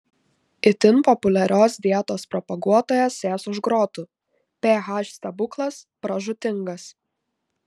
itin populiarios dietos propaguotojas sės už grotų ph stebuklas pražūtingas